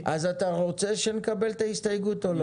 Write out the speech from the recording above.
--- אז אתה רוצה שנקבל את ההסתייגות או לא?